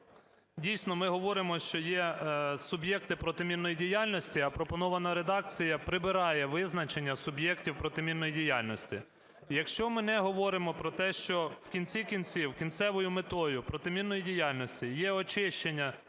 Дійсно, ми говоримо, що є суб'єкти протимінної діяльності. А пропонована редакція прибирає визначення суб'єктів протимінної діяльності. І якщо ми не говоримо про те, що в кінці-кінців кінцевою метою протимінною діяльністю є очищення